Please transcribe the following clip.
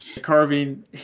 carving